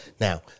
Now